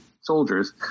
soldiers